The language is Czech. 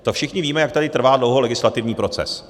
To všichni víme, jak tady trvá dlouho legislativní proces.